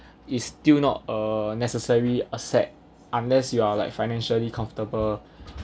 is still not a necessary asset unless you are like financially comfortable